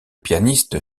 pianiste